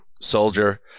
Soldier